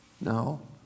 no